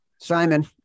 Simon